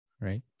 right